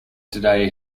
today